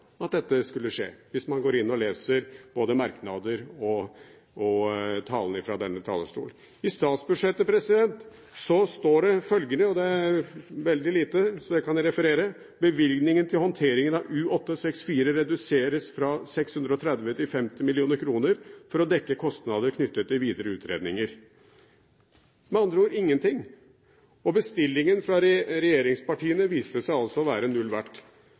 at dette skulle skje, hvis man går inn og leser både merknader og talene fra denne talerstol. I statsbudsjettet står det – og det er veldig lite, så det kan jeg referere – at bevilgningen til håndtering av U-864 reduseres fra 630 til 50 mill. kroner for å dekke kostnader knyttet til videre utredninger. Med andre ord: ingenting. Og bestillingen fra regjeringspartiene viste seg altså å være